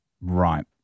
Right